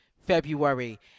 February